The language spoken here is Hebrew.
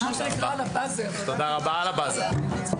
הישיבה ננעלה בשעה 11:00.